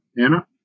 Anna